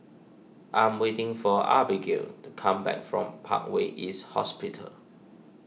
I am waiting for Abagail to come back from Parkway East Hospital